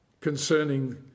concerning